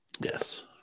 Yes